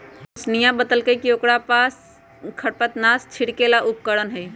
रोशिनीया ने बतल कई कि ओकरा पास खरपतवारनाशी छिड़के ला उपकरण हई